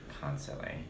constantly